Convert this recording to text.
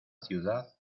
ciudad